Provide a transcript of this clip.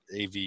AV